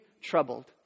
troubled